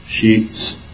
sheets